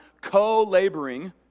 co-laboring